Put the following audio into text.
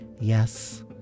Yes